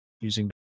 using